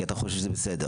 כי אתה חושב שזה בסדר.